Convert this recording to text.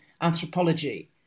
anthropology